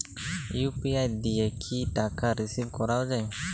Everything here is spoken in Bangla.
ইউ.পি.আই দিয়ে কি টাকা রিসিভ করাও য়ায়?